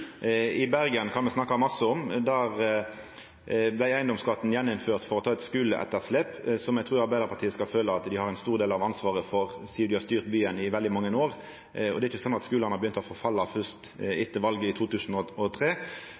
situasjon. Bergen kan me snakka masse om. Der vart eigedomsskatten gjeninnført for å ta eit skuleetterslep, som eg trur Arbeidarpartiet skal føla at dei har ein stor del av ansvaret for, sidan dei har styrt byen i veldig mange år. Det er ikkje slik at skulane begynte å forfalla fyrst etter valet i